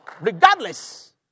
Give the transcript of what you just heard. regardless